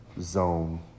zone